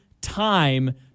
time